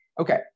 Okay